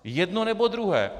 Jedno, nebo druhé.